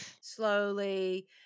slowly